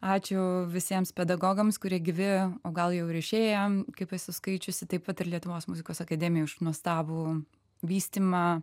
ačiū visiems pedagogams kurie gyvi o gal jau ir išėję kaip esu skaičiusi taip pat ir lietuvos muzikos akademijai už nuostabų vystymą